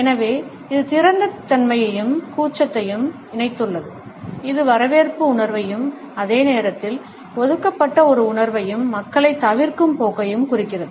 எனவே இது திறந்த தன்மையையும் கூச்சத்தையும் இணைத்துள்ளது இது வரவேற்பு உணர்வையும் அதே நேரத்தில் ஒதுக்கப்பட்ட ஒரு உணர்வையும் மக்களைத் தவிர்க்கும் போக்கையும் குறிக்கிறது